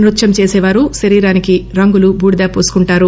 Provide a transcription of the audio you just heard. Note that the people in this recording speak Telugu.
నృత్యం చేసే వారు శరీరానికి రంగులు బూడిద పూసుకుంటారు